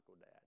dad